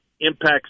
impacts